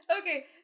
Okay